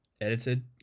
edited